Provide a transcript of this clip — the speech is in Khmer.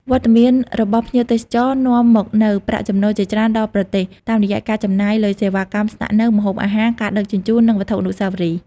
វត្តមានរបស់ភ្ញៀវទេសចរនាំមកនូវប្រាក់ចំណូលជាច្រើនដល់ប្រទេស តាមរយៈការចំណាយលើសេវាកម្មស្នាក់នៅ ម្ហូបអាហារ ការដឹកជញ្ជូន និងវត្ថុអនុស្សាវរីយ៍។